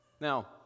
Now